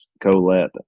Colette